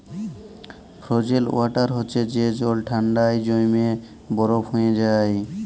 frozen water হছে যে জল ঠাল্ডায় জইমে বরফ হঁয়ে যায়